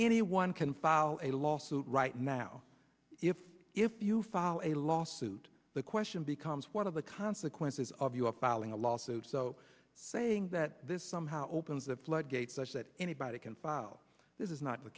anyone can file a lawsuit right now if if you file a lawsuit the question becomes one of the consequences of your filing a lawsuit so saying that this somehow opens the floodgates such that anybody can file this is not the